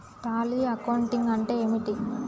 Tally accounting అంటే ఏమిటి?